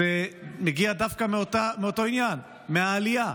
מגיע דווקא מאותו עניין, מהעלייה.